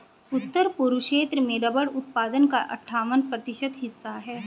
उत्तर पूर्व क्षेत्र में रबर उत्पादन का अठ्ठावन प्रतिशत हिस्सा है